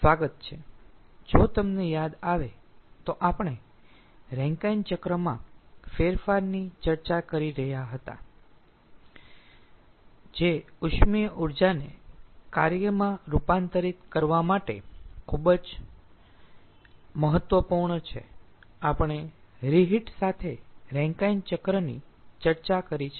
સ્વાગત છે જો તમને યાદ આવે તો આપણે રેન્કાઇન ચક્રમાં ફેરફારની ચર્ચા કરી રહ્યા હતા જે ઉષ્મીય ઊર્જાને કાર્યમાં રૂપાંતરિત કરવા માટે ખૂબ જ મહત્વપૂર્ણ છે આપણે રિહિટ સાથે રેન્કાઇન ચક્રની ચર્ચા કરી છે